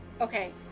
Okay